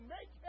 Make